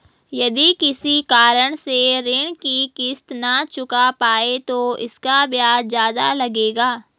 यदि किसी कारण से ऋण की किश्त न चुका पाये तो इसका ब्याज ज़्यादा लगेगा?